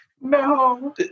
No